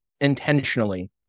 intentionally